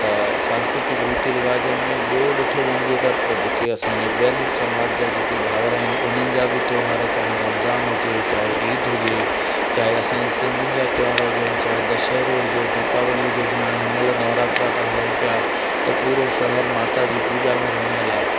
त सांस्कृतिक रीति रिवाजनि में ॿियो ॾिठो वञिजे त जेके असांजे ॿियनि समाज जे जेके भावर आहिनि उन्हनि जा बि त्योहार चाहे रमज़ान हुजे चाहे ईद हुजे चाहे असांजे सिंधियुनि जा त्योहार हुजनि चाहे दशहेरो हुजे दीपावली हुजे जीअं हाणे हिनमहिल नवरात्रा था हलनि पिया त पूरो शहर माता जी पूजा में रंगियल आहे